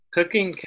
Cooking